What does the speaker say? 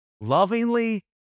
lovingly